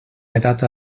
edat